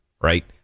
right